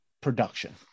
production